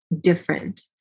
different